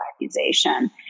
accusation